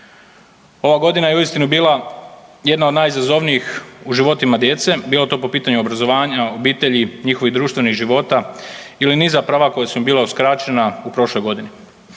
Ova godina je uistinu bila jedna od najizazovnijih u životima djece, bilo to po pitanju obrazovanja, obitelji, njihovih društvenih života ili niza prava koja su im bila uskraćena u prošloj godini.